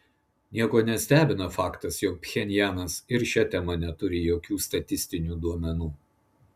nieko nestebina faktas jog pchenjanas ir šia tema neturi jokių statistinių duomenų